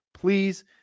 Please